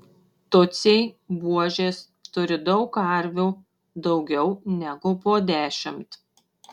tutsiai buožės turi daug karvių daugiau negu po dešimt